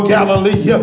Galilee